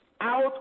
out